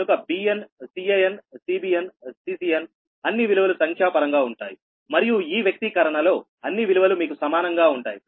కనుక b n CanCbn Ccn అన్ని విలువలు సంఖ్యాపరంగా ఉంటాయి మరియు ఈ వ్యక్తీకరణలో అన్ని విలువలు మీకు సమానంగా ఉంటాయి